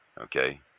Okay